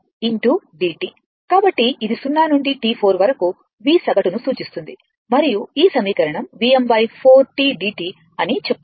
కాబట్టి ఇది 0 నుండి T4 వరకు V సగటును సూచిస్తుంది మరియు ఈ సమీకరణం Vm 4 tdt అని చెప్తుంది